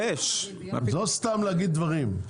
אז לא סתם להגיד דברים.